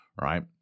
right